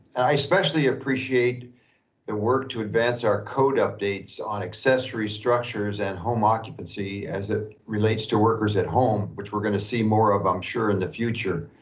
and i especially appreciate the work to advance our code updates on accessory structures and home occupancy, as it relates to workers at home which we're gonna see more of, i'm sure in the future.